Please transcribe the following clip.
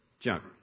junk